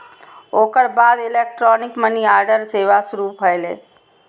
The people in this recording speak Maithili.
ओकर बाद इलेक्ट्रॉनिक मनीऑर्डर सेवा शुरू भेलै